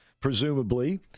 presumably